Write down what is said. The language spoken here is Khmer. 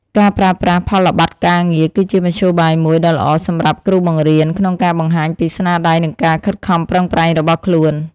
ការប្រើប្រាស់ផលប័ត្រការងារគឺជាមធ្យោបាយមួយដ៏ល្អសម្រាប់គ្រូបង្រៀនក្នុងការបង្ហាញពីស្នាដៃនិងការខិតខំប្រឹងប្រែងរបស់ខ្លួន។